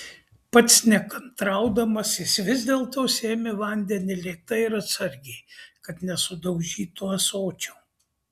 pats nekantraudamas jis vis dėlto sėmė vandenį lėtai ir atsargiai kad nesudaužytų ąsočio